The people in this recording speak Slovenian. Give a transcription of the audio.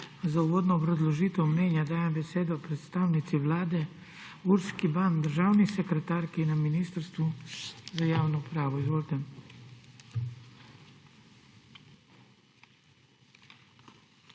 Za uvodno obrazložitev mnenja dajem besedo predstavnici Vlade Urški Ban, državni sekretarki Ministrstva za javno upravo. URŠKA